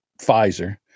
Pfizer